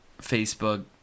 Facebook